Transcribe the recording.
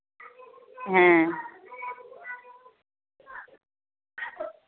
হ্যাঁ